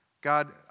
God